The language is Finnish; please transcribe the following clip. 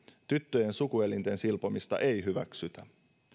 tyttöjen sukuelinten silpomista ei hyväksytä